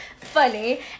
funny